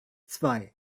zwei